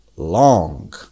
Long